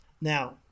now